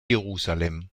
jerusalem